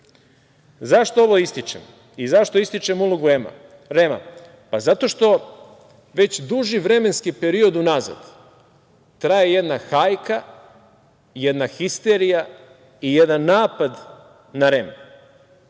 nije.Zašto ovo ističem? Zašto ističem ulogu REM-a? Zato što već duži vremenski period unazad traje jedna hajka, jedna histerija i jedan napad na REM.